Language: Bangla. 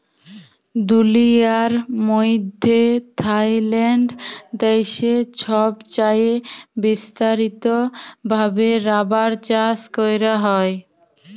দুলিয়ার মইধ্যে থাইল্যান্ড দ্যাশে ছবচাঁয়ে বিস্তারিত ভাবে রাবার চাষ ক্যরা হ্যয়